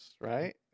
right